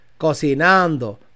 Cocinando